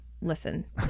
listen